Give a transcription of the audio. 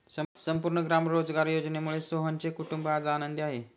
संपूर्ण ग्राम रोजगार योजनेमुळे सोहनचे कुटुंब आज आनंदी आहे